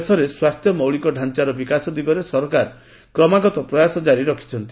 ଦେଶରେ ସ୍ପାସ୍ଥ୍ୟ ମୌଳିକ ଢ଼ାଞ୍ଚାର ବିକାଶ ଦିଗରେ ସରକାର କ୍ରମାଗତ ପ୍ରୟାସ ଜାରି ରଖିଛନ୍ତି